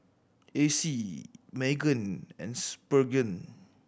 Acey Meggan and Spurgeon